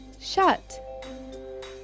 shut